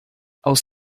aus